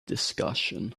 discussion